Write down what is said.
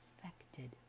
affected